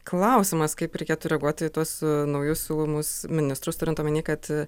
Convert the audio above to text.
klausimas kaip reikėtų reaguoti į tuos naujus siūlomus ministrus turint omeny kad